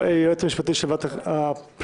היועץ המשפטי של מועדת הפנים,